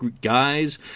guys